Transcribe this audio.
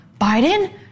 Biden